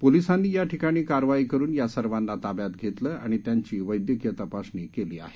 पोलिसांनी या ठिकाणी कारवाई करून या सर्वांना ताब्यात घेतलं आणि त्यांची वद्धक्रीय तपासणी केली आहे